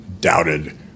doubted